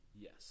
Yes